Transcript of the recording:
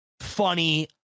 funny